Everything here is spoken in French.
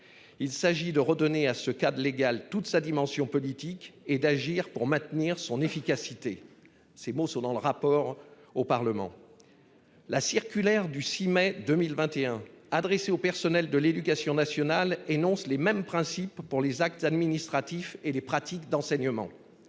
Il s'agit de redonner à ce cadre légal toute sa dimension politique et d'agir pour maintenir son efficacité. Ces mots sont dans le rapport au Parlement. La circulaire du 6 mai 2021 adressé aux personnels de l'Éducation nationale énonce les mêmes principes pour les actes administratifs et les pratiques d'enseignement.